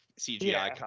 CGI